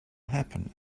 happen